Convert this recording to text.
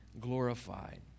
glorified